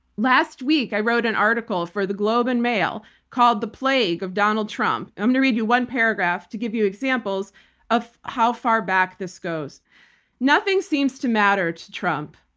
last week i wrote an article for the globe and mail called the plague of donald trump. and i'm going to read you one paragraph to give you examples of how far back this goes nothing seems to matter to trump,